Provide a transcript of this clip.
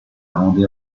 rendait